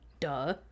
Duh